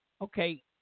Okay